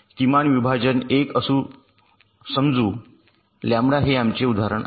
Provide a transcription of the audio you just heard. किमान विभाजन 1 असे समजू लँबडा हे आमचे उदाहरण आहे